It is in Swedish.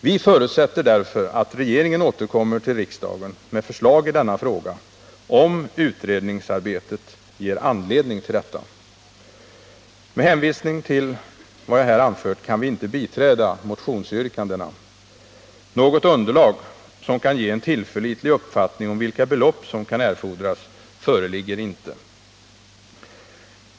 Vi förutsätter därför att regeringen återkommer till riksdagen med förslag i denna fråga, om utredningsarbetet ger anledning till detta. Med hänvisning till vad jag här anfört kan vi inte biträda motionsyrkandena. Något underlag, som kan ge en tillförlitlig uppfattning om vilka belopp som kan erfordras, föreligger inte.